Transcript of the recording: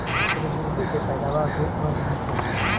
सूरजमुखी के पैदावार देश भर में होखेला